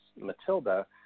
Matilda